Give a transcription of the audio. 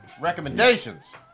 Recommendations